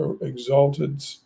Exalted